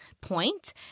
point